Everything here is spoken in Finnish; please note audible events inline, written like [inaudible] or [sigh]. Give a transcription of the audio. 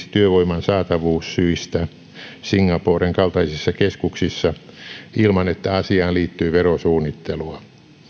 [unintelligible] työvoiman saatavuussyistä singaporen kaltaisissa keskuksissa ilman että asiaan liittyy verosuunnittelua